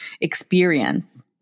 experience